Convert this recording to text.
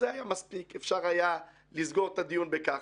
זה היה מספיק, אפשר היה לסגור את הדיון בכך.